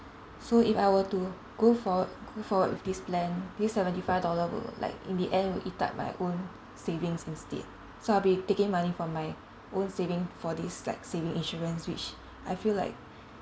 so if I were to go forward go forward with this plan this seventy five dollar will like in the end will eat up my own savings instead so I'll be taking money from my own saving for this like saving insurance which I feel like